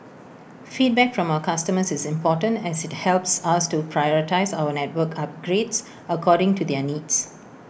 feedback from our customers is important as IT helps us to prioritise our network upgrades according to their needs